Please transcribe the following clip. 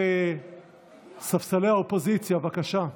ספסלי האופוזיציה, בבקשה.